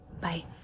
bye